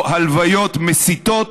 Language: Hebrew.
או הלוויות מסיתות,